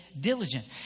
diligent